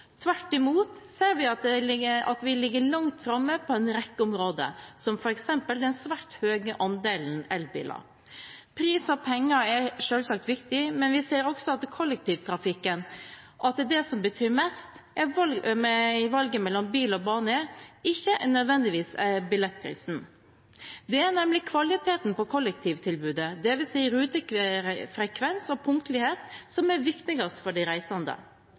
Tvert imot ser vi at vi ligger langt framme på en rekke områder, som f.eks. den svært høye andelen elbiler. Pris og penger er selvsagt viktig, men vi ser også på kollektivtrafikken at det som betyr mest for valget mellom bil og bane, ikke nødvendigvis er billettprisen. Det er nemlig kvaliteten på kollektivtilbudet, det vil si rutefrekvens og punktlighet, som er viktigst for de reisende.